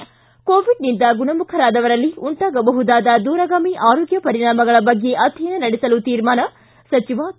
ಿ ಕೋವಿಡ್ನಿಂದ ಗುಣಮುಖರಾದವರಲ್ಲಿ ಉಂಟಾಗಬಹುದಾದ ದೂರಗಾಮಿ ಆರೋಗ್ಯ ಪರಿಣಾಮಗಳ ಬಗ್ಗೆ ಅಧ್ಯಯನ ನಡೆಸಲು ತೀರ್ಮಾನ ಸಚಿವ ಕೆ